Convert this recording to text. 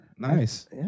Nice